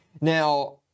Now